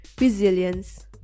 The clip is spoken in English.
resilience